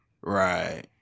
Right